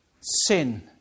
sin